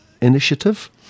initiative